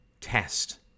test